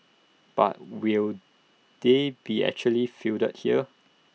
but will they be actually fielded here